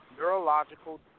neurological